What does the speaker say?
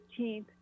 15th